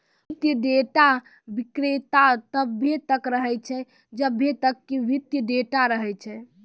वित्तीय डेटा विक्रेता तब्बे तक रहै छै जब्बे तक कि वित्तीय डेटा रहै छै